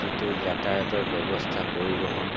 যিটো যাতায়তৰ ব্যৱস্থা পৰিবহণ